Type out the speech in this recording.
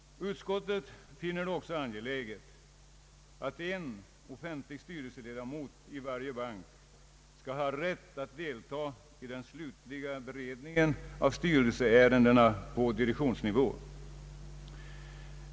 Utskottet finner det också angeläget att en offentlig styrelseledamot i varje bank skall ha rätt att delta i den slutliga beredningen av styrelseärendena på direktionsnivå.